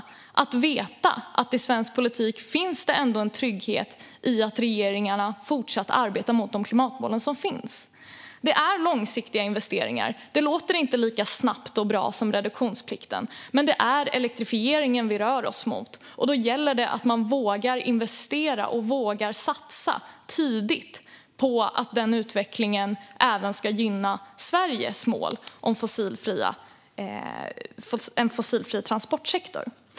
De kan veta att det i svensk politik ändå finns en trygghet i att regeringarna fortsätter att arbeta mot de klimatmål som finns. Det är långsiktiga investeringar. Det låter inte lika snabbt och bra som reduktionsplikten, men det är elektrifieringen vi rör oss mot. Då gäller det att man vågar investera och vågar satsa tidigt på att den utvecklingen även ska gynna Sveriges mål om en fossilfri transportsektor.